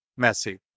Messi